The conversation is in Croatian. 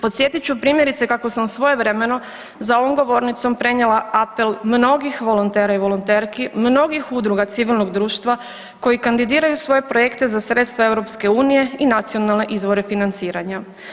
Podsjetit ću primjerice kako sam svojevremeno za ovom govornicom prenijela apel mnogi volontera i volonterki, mnogih udruga civilnog društva koji kandidiraju svoje projekte za sredstva EU i nacionalne izvore financiranja.